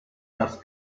das